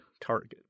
target